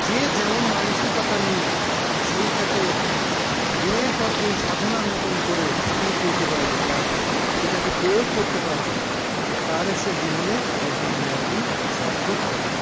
যে যেমন মানসিকতা নিয়ে সেইটাকে দিনের পর দিন সাধনার মতোন করে ফুটিয়ে তুলতে পারবে বা সেটাকে প্রয়োগ করতে পারবে তাহলে সে জীবনে একদিন না একদিন সার্থক হবেই